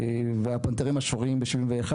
והפנתרים השחורים ב-1971,